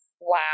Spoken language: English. Wow